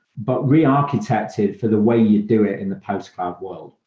but re-architected for the way you do it in the post-cloud world.